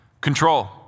Control